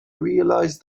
realize